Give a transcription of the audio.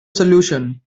solution